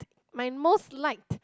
my most liked